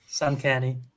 Uncanny